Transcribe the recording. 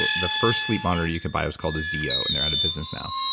but the first sleep monitor you could buy was called a zeo, and they're out of business now.